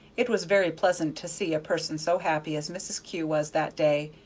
it was very pleasant to see a person so happy as mrs. kew was that day,